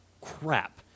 crap